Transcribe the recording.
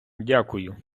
дякую